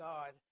God